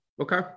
Okay